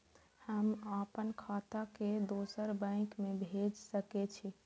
हम आपन खाता के दोसर बैंक में भेज सके छी?